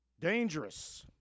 dangerous